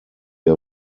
der